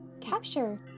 Capture